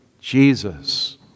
Jesus